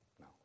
No